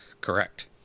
correct